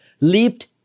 leaped